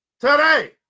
today